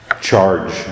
charge